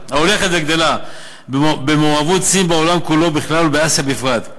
וגדלה של מעורבות סין בעולם כולו בכלל ובאסיה בפרט.